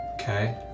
Okay